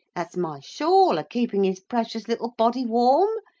that's my shawl a keepin his precious little body warm,